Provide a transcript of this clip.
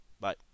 Bye